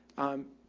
um,